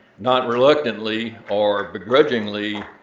not reluctantly or begrudgingly,